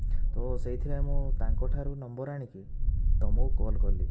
ତ ସେଇଥିପାଇଁ ମୁ ତାଙ୍କଠାରୁ ନମ୍ବର୍ ଆଣିକି ତୁମକୁ କଲ୍ କଲି